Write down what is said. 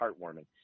heartwarming